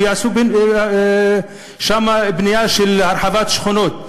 ויעשו שם בנייה להרחבת שכונות?